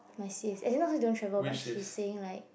my sis and then don't say not travel by she saying like